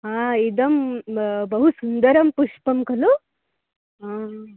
हा इदं बहु सुन्दरं पुष्पं खलु आम्